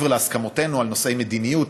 מעבר להסכמותינו על נושאי מדיניות,